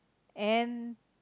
and